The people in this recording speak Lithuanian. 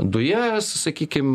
dujas sakykim